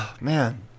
Man